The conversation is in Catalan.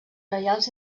reials